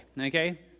okay